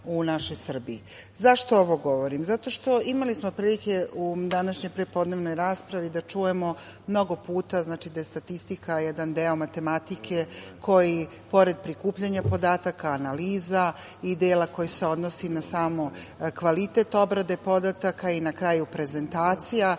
u našoj Srbiji.Zašto ovo govorim? Zato što, imali smo prilike u današnjoj prepodnevnoj raspravi da čujemo mnogo puta, znači, da je statistika jedan deo matematike koji pored prikupljanja podataka, analiza i dela koji se odnosi na sam kvalitet obrade podataka i na kraju prezentacija